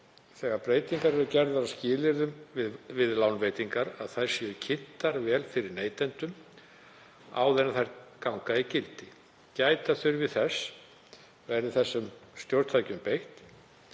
þegar breytingar eru gerðar á skilyrðum við lánveitingar, að þær séu kynntar vel fyrir neytendum áður en þær ganga í gildi. Gæta þurfi þess, verði þessum stjórntækjum beitt,